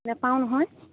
নাপাওঁ নহয়